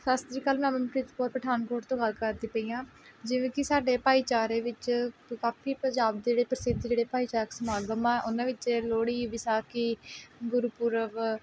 ਸਤਿ ਸ਼੍ਰੀ ਅਕਾਲ ਮੈਂ ਅਮਨਪ੍ਰੀਤ ਕੌਰ ਪਠਾਨਕੋਟ ਤੋਂ ਗੱਲ ਕਰਦੀ ਪਈ ਹਾਂ ਜਿਵੇਂ ਕਿ ਸਾਡੇ ਭਾਈਚਾਰੇ ਵਿੱਚ ਕਾਫ਼ੀ ਪੰਜਾਬ ਦੇ ਜਿਹੜੇ ਪ੍ਰਸਿੱਧ ਜਿਹੜੇ ਭਾਈਚਾਰਕ ਸਮਾਗਮ ਆ ਉਹਨਾਂ ਵਿੱਚ ਲੋਹੜੀ ਵਿਸਾਖੀ ਗੁਰਪੁਰਬ